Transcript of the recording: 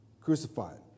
crucified